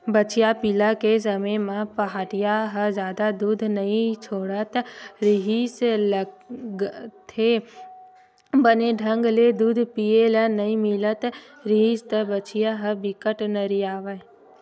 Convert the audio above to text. बछिया पिला के समे म पहाटिया ह जादा दूद नइ छोड़त रिहिस लागथे, बने ढंग ले दूद पिए ल नइ मिलत रिहिस त बछिया ह बिकट नरियावय